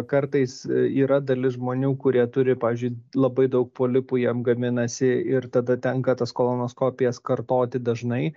kartais yra dalis žmonių kurie turi pavyzdžiui labai daug polipų jam gaminasi ir tada tenka tas kolonoskopijas kartoti dažnai